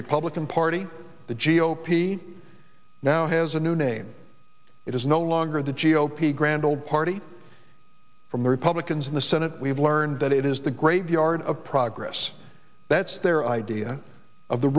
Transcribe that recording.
republican party the g o p now has a new name it is no longer the g o p grand old party from the republicans in the senate we've learned that it is the graveyard of progress that's their idea of the